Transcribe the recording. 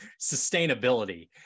sustainability